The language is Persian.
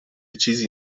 چیزی